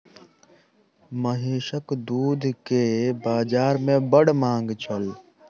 महीसक दूध के बाजार में बड़ मांग छल